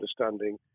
understanding